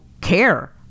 care